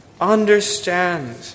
Understand